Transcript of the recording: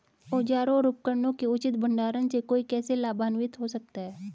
औजारों और उपकरणों के उचित भंडारण से कोई कैसे लाभान्वित हो सकता है?